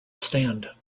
stand